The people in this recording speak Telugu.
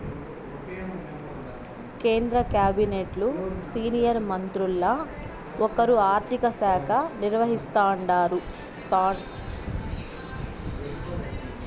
కేంద్ర కాబినెట్లు సీనియర్ మంత్రుల్ల ఒకరు ఆర్థిక శాఖ నిర్వహిస్తాండారు